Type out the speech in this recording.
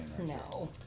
No